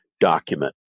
document